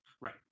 right